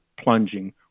plunging